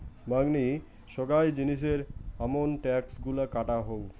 মাঙনি সোগায় জিনিসের আমন ট্যাক্স গুলা কাটা হউ